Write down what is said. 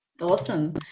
awesome